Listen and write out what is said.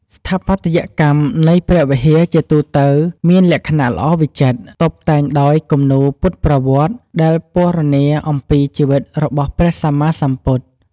ស្ថាបត្យកម្មនៃព្រះវិហារជាទូទៅមានលក្ខណៈល្អវិចិត្រ តុបតែងដោយ គំនូរពុទ្ធប្រវត្តិ ដែលពណ៌នាអំពីជីវិតរបស់ព្រះសម្មាសម្ពុទ្ធ។